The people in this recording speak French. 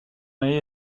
marié